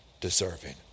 deserving